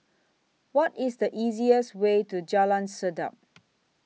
What IS The easiest Way to Jalan Sedap